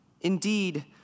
Indeed